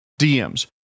DMs